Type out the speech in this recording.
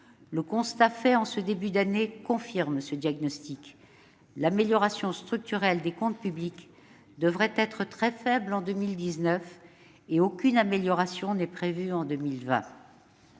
Le constat dressé en ce début d'année confirme ce diagnostic : l'amélioration structurelle des comptes publics devrait être très faible en 2019, et aucune amélioration n'est prévue en 2020.